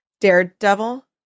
Daredevil